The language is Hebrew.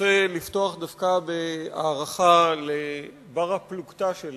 רוצה לפתוח דווקא בהערכה לבר-פלוגתא שלי